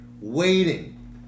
waiting